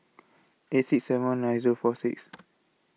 eight six seven one nine Zero four six